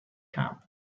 camp